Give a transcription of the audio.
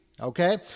Okay